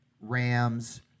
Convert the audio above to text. Rams